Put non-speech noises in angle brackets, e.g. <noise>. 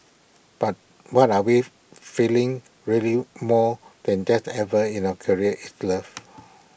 but what are we <noise> feeling really more than that ever in our career is love